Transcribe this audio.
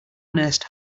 nest